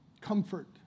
comfort